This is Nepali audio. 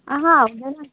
हुँदैन